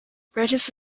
branches